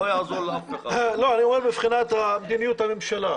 אני אומר מבחינת מדיניות הממשלה.